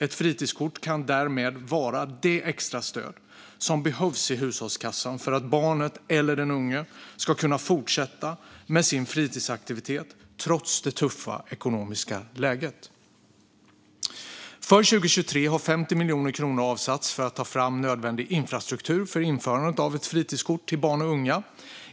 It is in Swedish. Ett fritidskort kan därmed vara det extra stöd som behövs i hushållskassan för att barnet eller den unge ska kunna fortsätta med sin fritidsaktivitet trots det tuffa ekonomiska läget. För 2023 har 50 miljoner kronor avsatts för att ta fram nödvändig infrastruktur för införandet av ett fritidskort till barn och unga.